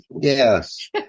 Yes